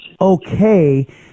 okay